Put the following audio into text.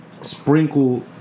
sprinkle